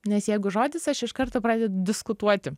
nes jeigu žodis aš iš karto pradedu diskutuoti